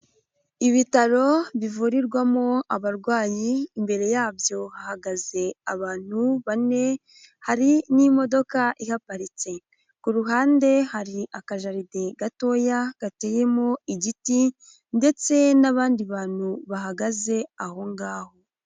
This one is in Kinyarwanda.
Ibitaro bivurirwamo abarwayi, imbere yabyo hahagaze abantu bane, hari n'imodoka ihaparitse, ku ruhande hari akajaride gatoya gateyemo igiti, ndetse n'abandi bantu bahagaze aho ngaho.